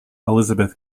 elizabeth